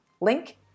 Link